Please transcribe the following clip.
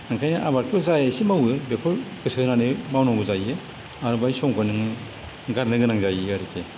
ओंखायनो आबादखौ जा इसे मावो बेखौ गोसो होनानै मावनांगौ जायो आरो बेहाय समखौ नोङो गारनो गोनां जायो आरोकि